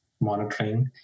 monitoring